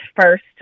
first